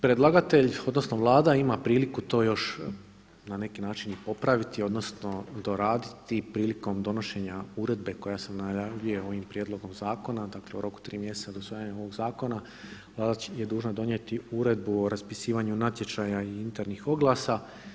Predlagatelj odnosno Vlada ima priliku to još na neki način popraviti, odnosno doraditi prilikom donošenja uredbe koja se najavljuje ovim prijedlogom zakona, dakle u roku od tri mjeseca od usvajanja ovog zakona Vlada je dužna donijeti Uredbu o raspisivanju natječaja i internih oglasa.